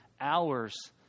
hours